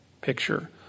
picture